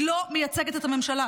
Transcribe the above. היא לא מייצגת את הממשלה,